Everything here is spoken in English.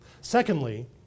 Secondly